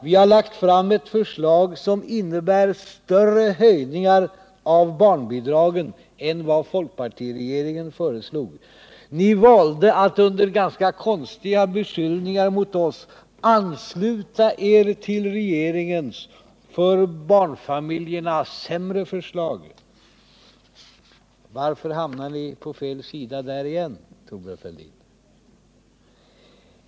Vi har lagt fram ett förslag som innebär större höjningar av barnbidragen än vad folkpartiregeringen föreslog. Ni valde att, med ganska konstiga beskyllningar mot oss, ansluta er till regeringens för barnfamiljerna sämre förslag. Varför hamnar ni på fel sida igen, Thorbjörn Fälldin?